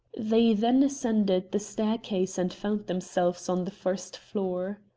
they then ascended the staircase and found themselves on the first floor.